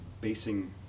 basing